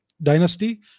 dynasty